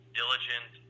diligent